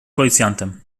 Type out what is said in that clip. policjantem